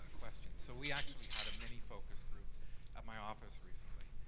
question. so we actually had a mini-focus group at my office recently,